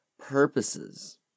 purposes